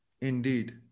indeed